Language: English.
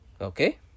Okay